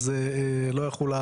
אדוני, בבקשה עוד נקודה אחת.